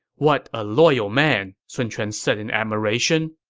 what a loyal man! sun quan said in admiration.